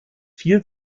viel